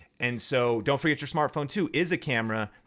and so don't forget your smartphone too is a camera,